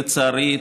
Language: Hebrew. לצערי,